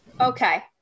Okay